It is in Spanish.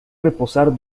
reposar